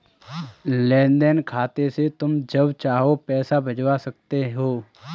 लेन देन खाते से तुम जब चाहो पैसा भिजवा सकते हो